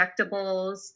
injectables